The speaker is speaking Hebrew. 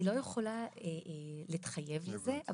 אני לא יכולה להתחייב לזה,